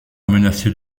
menacer